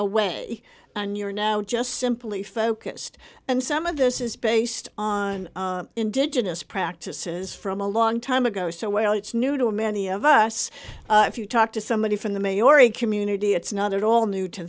away and you're now just simply focused and some of this is based on indigenous practices from a long time ago so well it's new to a many of us if you talk to somebody from the may or a community it's not at all new to